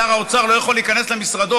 שר האוצר לא יכול להיכנס למשרדו,